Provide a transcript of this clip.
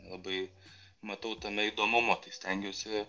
labai matau tame įdomumą tai stengiuosi